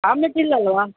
omelette ಇಲ್ಲಲ್ಲವಾ